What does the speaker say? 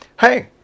hey